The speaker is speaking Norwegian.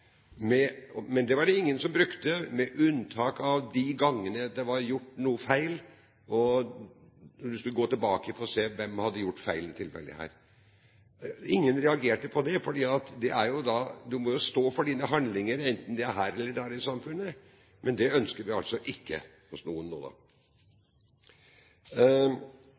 med unntak av de gangene det var gjort noe feil og en skulle gå tilbake for å se hvem som hadde gjort feilen i dette tilfellet. Ingen reagerte på det, for en må jo stå for sine handlinger, enten det er her eller der i samfunnet. Men det er det altså noen som ikke ønsker. Det som var utgangspunktet, i hvert fall for Høyre da vi startet å forhandle om dette, var at vi skulle få til en